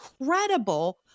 incredible